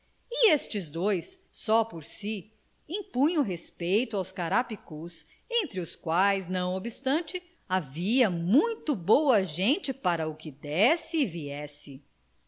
e estes dois só por si impunham respeito aos carapicus entre os quais não obstante havia muito boa gente para o que desse e viesse